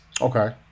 Okay